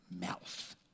mouth